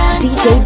dj